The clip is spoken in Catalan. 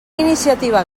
iniciativa